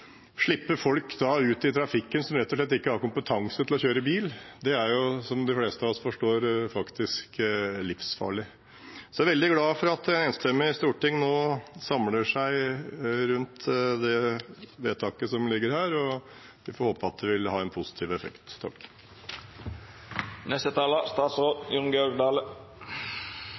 slett ikke har kompetanse til å kjøre bil, ut i trafikken, er – som de fleste av oss forstår – livsfarlig. Så jeg er veldig glad for at et enstemmig storting nå samler seg om forslaget til vedtak i denne saken, og vi får håpe at det vil ha en positiv effekt.